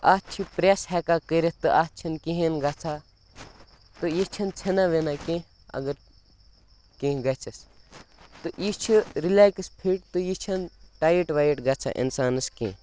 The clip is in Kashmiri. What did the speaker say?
اَتھ چھِ پرٛٮ۪س ہٮ۪کان کٔرِتھ تہٕ اَتھ چھِنہٕ کِہیٖنۍ گَژھان تہٕ یہِ چھِنہٕ ژھٮ۪نان وٮ۪نان کیٚنٛہہ اگر کیٚنٛہہ گَژھٮ۪س تہٕ یہِ چھِ رِلیکٕس فِٹ تہٕ یہِ چھَنہٕ ٹایِٹ وایِٹ گژھان اِنسانَس کیٚنٛہہ